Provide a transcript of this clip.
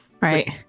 Right